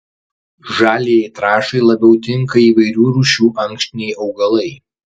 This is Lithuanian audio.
žaliajai trąšai labiau tinka įvairių rūšių ankštiniai augalai